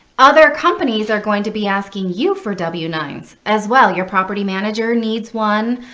other companies are going to be asking you for w nine s as well. your property manager needs one.